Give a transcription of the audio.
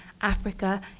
Africa